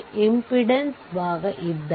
ಇದು 6 Ω ಪ್ರತಿರೋಧವಾಗಿರುತ್ತದೆ